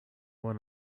one